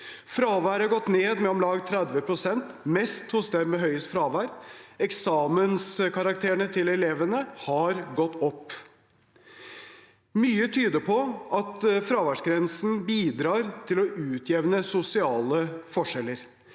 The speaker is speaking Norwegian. Fraværet har gått ned med om lag 30 pst., mest hos dem med høyest fravær. Eksamenskarakterene til elevene har gått opp. Mye tyder på at fraværsgrensen bidrar til å utjevne sosiale forskjeller.